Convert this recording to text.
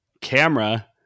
camera